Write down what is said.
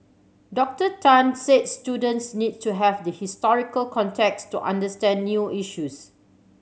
Doctor Tan said students need to have the historical context to understand new issues